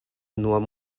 nuam